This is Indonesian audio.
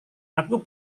aku